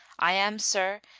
i am, sir,